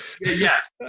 Yes